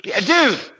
Dude